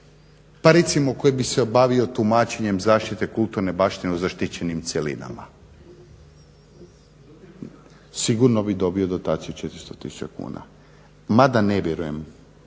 pa recimo koji bi se bavio tumačenjem zaštite kulturne baštine u zaštićenim cjelinama, sigurno bi dobio dotaciju 400 tisuća kuna. Mada ne vjerujem